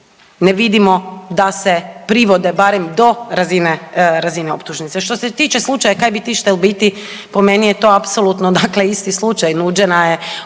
ne vidimo da se privode barem do razine, razine optužnice. Što se tiče slučaja „kaj bi ti štel biti“ po meni je to apsolutno dakle isti slučaj,